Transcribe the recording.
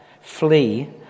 Flee